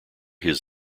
his